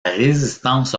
résistance